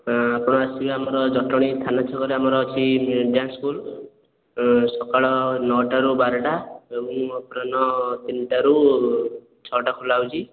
ହଁ ଆପଣ ଆସିବେ ଆମର ଜଟଣୀ ଥାନା ଛକରେ ଆମର ଅଛି ଡ୍ୟାନ୍ସ୍ ସ୍କୁଲ୍ ସକାଳ ନଅଟାରୁ ବାରଟା ଏବଂ ଅପରାହ୍ନ ତିନିଟାରୁ ଛଅଟା ଖୋଲା ହେଉଛି